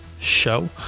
show